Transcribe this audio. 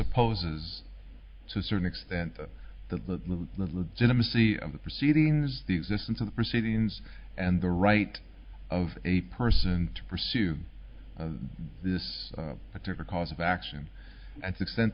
upposes to a certain extent the legitimacy of the proceedings the existence of the proceedings and the right of a person to pursue this particular cause of action and to extent